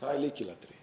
Það er lykilatriði.